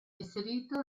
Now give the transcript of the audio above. inserito